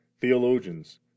theologians